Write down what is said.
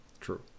True